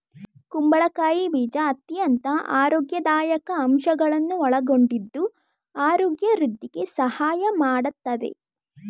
ಕುಂಬಳಕಾಯಿ ಬೀಜ ಅತ್ಯಂತ ಆರೋಗ್ಯದಾಯಕ ಅಂಶಗಳನ್ನು ಒಳಗೊಂಡಿದ್ದು ಆರೋಗ್ಯ ವೃದ್ಧಿಗೆ ಸಹಾಯ ಮಾಡತ್ತದೆ